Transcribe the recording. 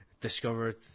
discovered